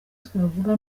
twavuga